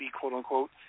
quote-unquote